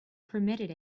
permitted